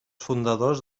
fundadors